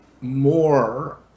more